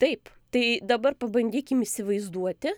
taip tai dabar pabandykim įsivaizduoti